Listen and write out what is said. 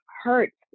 hurts